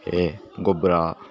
ಎರೆಗೊಬ್ಬರ